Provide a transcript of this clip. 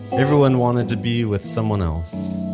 everyone wanted to be with someone else,